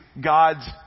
God's